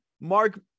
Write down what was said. Mark